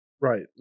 Right